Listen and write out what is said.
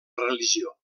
religió